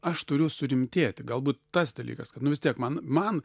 aš turiu surimtėti galbūt tas dalykas kad nu vis tiek man man